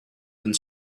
and